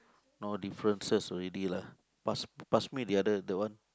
no differences already lah pass pass me the other that one